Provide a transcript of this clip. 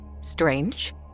Strange